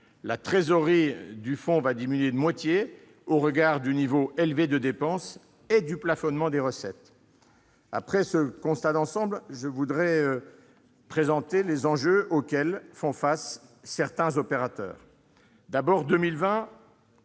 la trésorerie du fonds va diminuer de moitié en raison du niveau élevé de dépenses et du plafonnement des recettes. Après ce constat d'ensemble, je vais vous présenter les enjeux auxquels font face certains opérateurs.